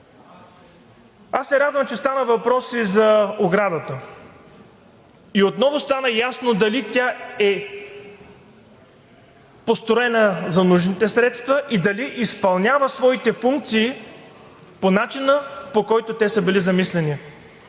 аз се радвам, че стана въпрос и за оградата, и отново стана ясно дали тя е построена за нужните средства и дали изпълнява своите функции по начина, по който те са били замислени.